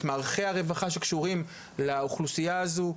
את מערכי הרווחה שקשורים לאוכלוסייה הזו.